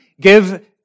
give